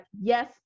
yes